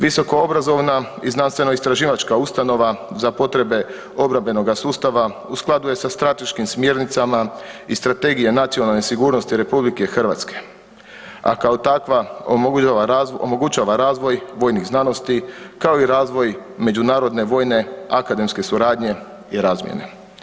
Visokoobrazovna i znanstveno-istraživačka ustanova za potrebe obrambenoga sustava u skladu je sa strateškim smjernicama i Strategije nacionalne sigurnosti RH, a kao takva omogućava razvoj vojnih znanosti, kao i razvoj međunarodne vojne akademske suradnje i razvojne.